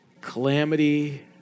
calamity